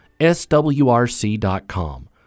swrc.com